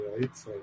right